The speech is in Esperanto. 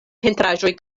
pentraĵoj